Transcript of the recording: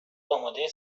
آماده